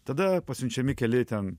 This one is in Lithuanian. tada pasiunčiami keli ten